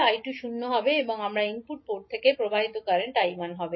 𝐈2 শূন্য হবে এবং আমাদের ইনপুট পোর্ট থেকে প্রবাহিত কারেন্ট 𝐈1 হবে